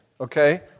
okay